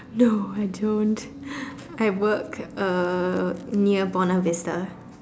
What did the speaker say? no I don't I work uh near Buona-Vista